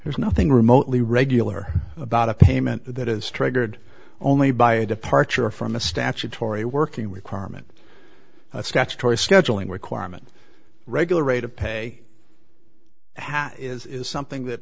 there's nothing remotely regular about a payment that is triggered only by a departure from a statutory working requirement a statutory scheduling requirement regular rate of pay has is is something that